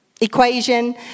equation